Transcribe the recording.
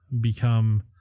become